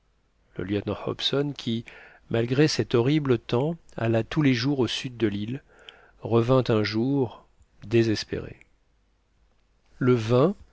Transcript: le lieutenant hobson qui malgré cet horrible temps alla tous les jours au sud de l'île revint un jour désespéré le